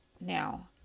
now